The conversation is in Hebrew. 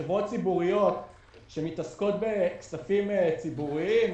חברות ציבוריות שמתעסקות בכספים ציבוריים,